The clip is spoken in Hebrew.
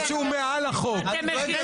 אני דואג לבנט.